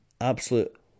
absolute